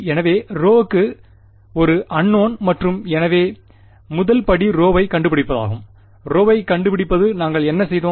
எனவே ρ ஒரு அன்னோவ்ன் மற்றும் எனவே முதல் படி ரோவைக் கண்டுபிடிப்பதாகும் ரோவைக் கண்டுபிடிப்பது நாங்கள் என்ன செய்தோம்